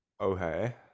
Okay